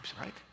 right